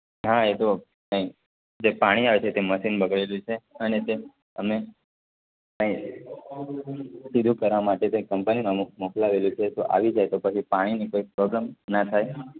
હા એ તો કંઈ જે પાણી આવે છે તે મશિન બગડેલું છે અને તે અમે સીધું કરવા માટે જે કંપનીને અમે મોક મોકલાવેલું છે આવી જાય તો પછી પાણીની કોઈ પ્રોબલમ ના થાય